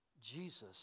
Jesus